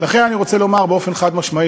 לכן אני רוצה לומר באופן חד-משמעי: